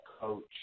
coach